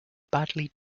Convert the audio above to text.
badly